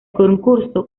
concurso